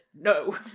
no